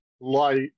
light